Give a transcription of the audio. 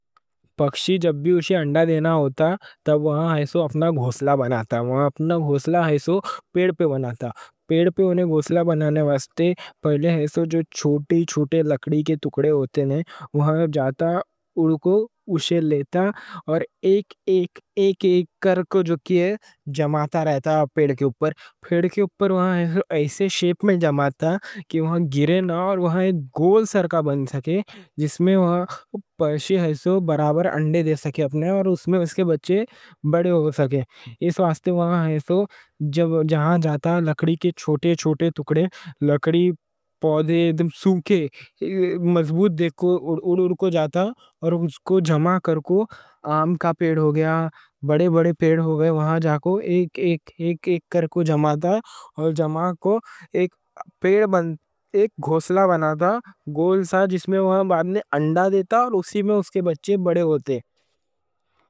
پکشی جب بھی اسے انڈا دینا ہوتا تب وہاں ایسو اپنا گھوسلا بناتا وہاں اپنا گھوسلا ایسو پیڑ پہ بناتا پیڑ پہ انہیں گھوسلا بنانے واسطے پہلے ایسو جو چھوٹے چھوٹے لکڑی کے ٹکڑے ہوتے ہیں وہاں جاتا، اڑکو اسے لیتا، اور ایک ایک ایک ایک کر کو جماتا رہتا پیڑ کے اوپر پیڑ کے اوپر وہاں ایسے شیپ میں جماتا کہ وہاں گرے نہ اور وہاں گول سرکا بن سکے جس میں وہاں پکشی ایسو برابر انڈے دے سکے، اور اس میں اس کے بچے بڑے ہو سکے اس واسطے وہاں ایسو جہاں جاتا لکڑی کے چھوٹے چھوٹے ٹکڑے، لکڑی پودے سونکے مضبوط دیکھو، اڑکو جاتا اور اس کو جمع کر کو آم کا پیڑ ہو گیا، بڑے بڑے پیڑ ہو گیا، وہاں جا کو ایک ایک ایک ایک کر کو جماتا، پیڑ پہ ایک گھوسلا بناتا گول سا جس میں وہاں انڈا دیتا اور اسی میں اس کے بچے بڑے ہوتے